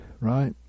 right